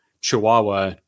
Chihuahua